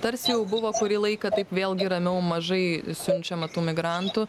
tarsi jau buvo kurį laiką taip vėlgi ramiau mažai siunčiama tų migrantų